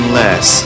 less